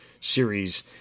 series